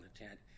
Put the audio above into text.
intent